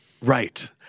Right